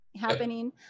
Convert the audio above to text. happening